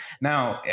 now